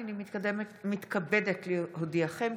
הינני מתכבדת להודיעכם,